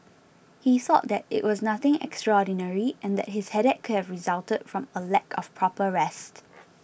he thought that it was nothing extraordinary and that his headache could have resulted from a lack of proper rest